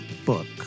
Book